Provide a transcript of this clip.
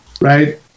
right